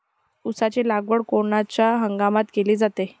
ऊसाची लागवड कोनच्या हंगामात केली जाते?